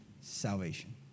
salvation